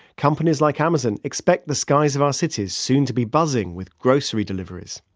companies like amazon, expect the skies of our cities soon to be buzzing with grocery deliveries.